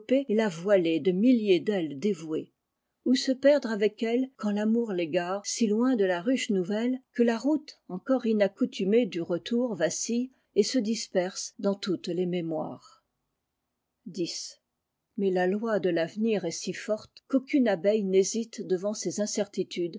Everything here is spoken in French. et la voiler de milliers d'ailes dévouées ou se perdre avec elle quand l'amour l'égaré si iûia de la ruche nouvelle que la route encore iaacgoutumée du retour vacille et se dispersa daas tautes les mémoires mais la loi de favenir est si forte qu'aucune abeille n'hésite devant ces incertitudes